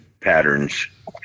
patterns